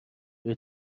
روی